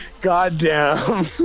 Goddamn